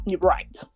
Right